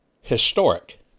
historic